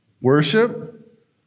Worship